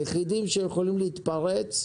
היחידים שיכולים להתפרץ,